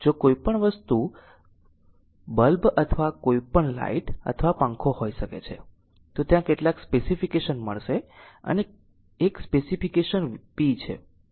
જો કોઈ પણ વસ્તુ બલ્બ અથવા કોઈપણ લાઈટ અથવા પંખો હોઈ શકે છે તો ત્યાં કેટલાક સ્પેશીફીકેશન મળશે અને એક સ્પેશીફીકેશન p છે